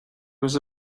was